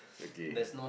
okay